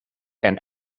and